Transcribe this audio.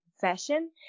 fashion